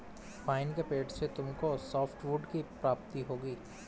pine के पेड़ से तुमको सॉफ्टवुड की प्राप्ति होगी